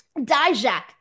Dijak